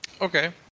Okay